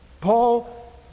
Paul